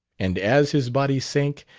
and as his body sank,